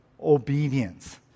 obedience